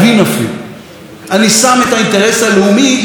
אני שם את האינטרס הלאומי לפני החישוב הפוליטי.